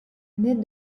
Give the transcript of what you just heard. naît